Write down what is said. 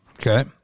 Okay